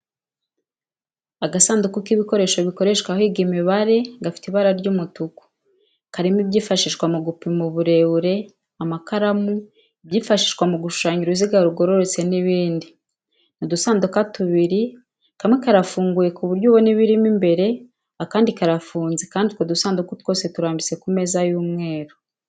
Agasanduku k'ibikoresho bikoreshwa higwa imibare gafite ibara ry'umutuku, karimo ibyifashishwa mu gupima uburebure, amakaramu, ibyifashishwa mu gushushanya uruziga rugororotse n'ibindi. Ni udusanduka tubiri, kamwe karafunguye ku buryo ubona ibirimo imbere akandi karafunze kandi utwo dusanduku twose turambitse ku meza y'umweru.